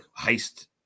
heist